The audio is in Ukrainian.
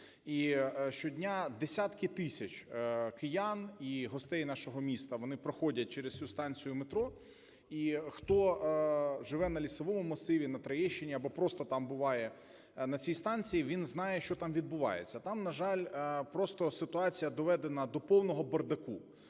І щодня десятки тисяч киян і гостей нашого міста вони проходять через цю станцію метро. І хто живе на Лісовому масиві, на Троєщині, або просто там буває на цій станції, він знає, що там відбувається. Там, на жаль, просто ситуація доведена до повного бардаку.